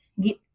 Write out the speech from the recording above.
get